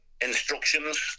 instructions